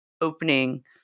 opening